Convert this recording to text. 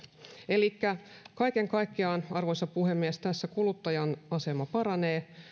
elikkä kaiken kaikkiaan arvoisa puhemies tässä kuluttajan asema paranee